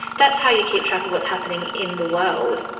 that's how you keep track of what's happening in the world.